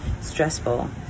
stressful